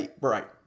Right